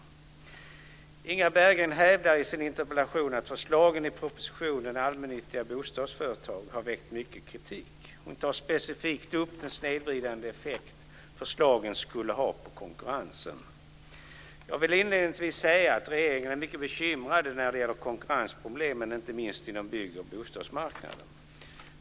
Inga Berggren hävdar i sin interpellation att förslagen i propositionen Allmännyttiga bostadsföretag har väckt mycket kritik. Hon tar specifikt upp den snedvridande effekt förslagen skulle ha på konkurrensen. Jag vill inledningsvis säga att regeringen är mycket bekymrad när det gäller konkurrensproblemen, inte minst på bygg och bostadsmarknaden.